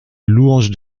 louange